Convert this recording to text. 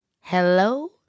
Hello